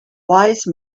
wise